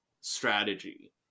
strategy